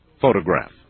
photograph